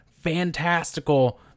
fantastical